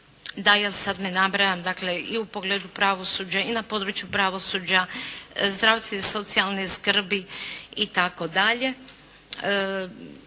da ja sada ne nabrajam, dakle i u pogledu pravosuđa i na području pravosuđa, zdravstva i socijalne skrbi itd.